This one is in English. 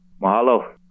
Mahalo